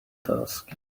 task